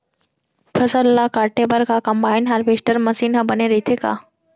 फसल ल काटे बर का कंबाइन हारवेस्टर मशीन ह बने रइथे का?